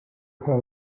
her